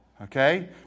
okay